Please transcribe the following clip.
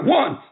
one